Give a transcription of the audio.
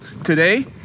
today